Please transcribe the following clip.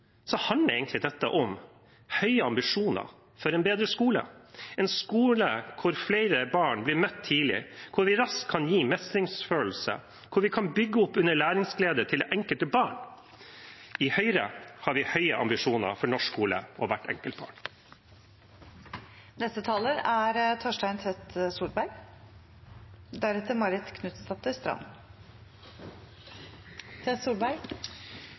handler dette egentlig om høye ambisjoner for en bedre skole – en skole hvor flere barn blir møtt tidlig, hvor vi raskt kan gi mestringsfølelse, hvor vi kan bygge opp under læringsgleden til det enkelte barn. I Høyre har vi høye ambisjoner for norsk skole og hvert enkelt